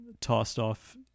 tossed-off